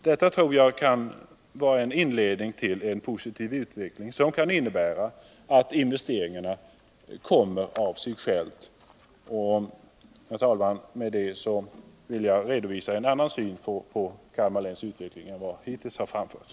Jag tror att detta kan vara inledningen till en positiv utveckling, som i sin tur skulle kunna innebära att investeringarna kommer av sig själva. Herr talman! Med detta har jag velat redovisa en annan syn på Kalmar läns utveckling än den som hittills har framförts.